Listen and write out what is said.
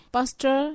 Pastor